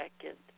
second